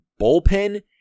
bullpen